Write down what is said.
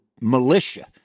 militia